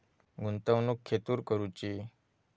गुंतवणुक खेतुर करूची?